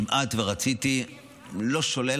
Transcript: לא שולל,